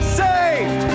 saved